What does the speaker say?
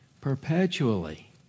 perpetually